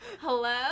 Hello